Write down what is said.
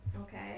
Okay